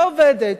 ועובדת,